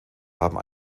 haben